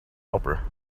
helper